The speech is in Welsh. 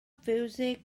fiwsig